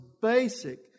basic